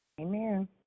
Amen